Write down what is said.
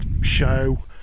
show